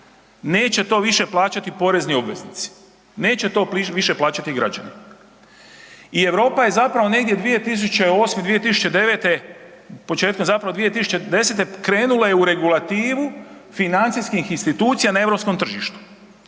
neće to više plaćati porezni obveznici, neće to više plaćati građani. I Europa je zapravo negdje 2008.-2009., početkom zapravo 2010. krenula je u regulativu financijskih institucija na europskom tržištu